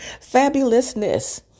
fabulousness